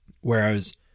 Whereas